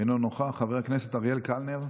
אינו נוכח, חבר הכנסת אריאל קלנר,